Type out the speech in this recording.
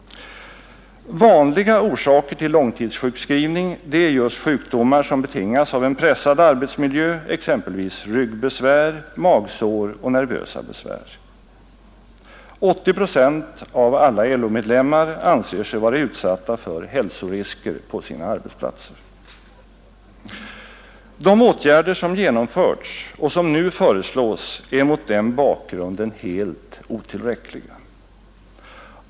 Vanliga orsaker till långtidssjukskrivning är just sjukdomar som betingas av en pressad arbetsmiljö, exempelvis ryggbesvär, magsår och nervösa besvär. 80 procent av alla LO-medlemmar anser sig vara utsatta för hälsorisker på sina arbetsplatser. De åtgärder som genomförts och som nu föreslås är mot denna bakgrund helt otillräckliga.